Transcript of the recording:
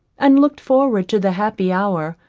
and looked forward to the happy hour,